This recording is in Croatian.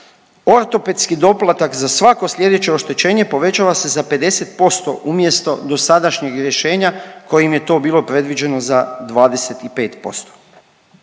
ortopedski doplatak za svako sljedeće oštećenje povećava se za 50% umjesto dosadašnjeg rješenja kojim je to bilo predviđeno za 25%.